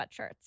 sweatshirts